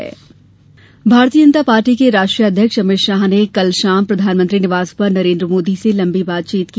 मंत्रिमंडल भारतीय जनता पार्टी के राष्ट्रीय अध्यक्ष अमित शाह ने कल शाम प्रधानमंत्री निवास पर नरेन्द्र मोदी से लम्बी बातचीत की